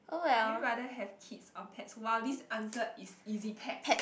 do you rather have kids or pets !wow! this answer is easy pets